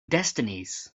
destinies